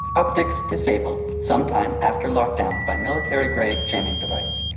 optics disabled some time after lock-down by military grade jamming device.